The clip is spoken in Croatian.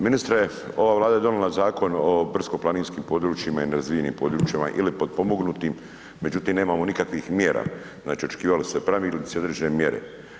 Ministre ova Vlada je donijela Zakon o brdsko-planinskim područjima i nerazvijenim područjima ili potpomognuti, međutim nemamo nikakvih mjera, znači očekivali su se pravilnici i određene mjere.